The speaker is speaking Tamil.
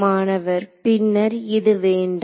மாணவர் பின்னர் இது வேண்டாம்